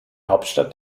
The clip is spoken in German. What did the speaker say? hauptstadt